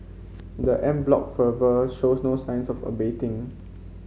the en bloc fervour shows no signs of abating